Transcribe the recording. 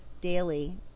daily